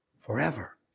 forever